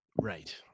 right